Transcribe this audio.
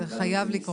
זה חייב לקרות.